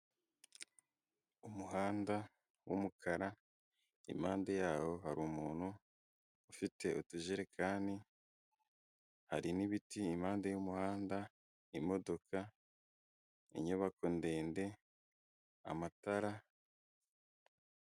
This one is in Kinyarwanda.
Umuhanda w'umukara impande yaho hari umuntu ufite utujerekani, hari n'ibiti impande y'umuhanda imodoka, inyubako ndende, amatara.